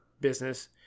business